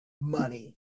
money